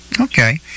Okay